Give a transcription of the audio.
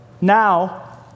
Now